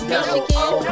Michigan